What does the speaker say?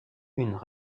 une